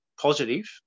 positive